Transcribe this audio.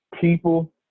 people